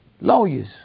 lawyers